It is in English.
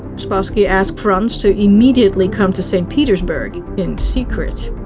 spassky asked frans to immediately come to saint petersburg in secret.